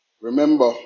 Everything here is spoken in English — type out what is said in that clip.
remember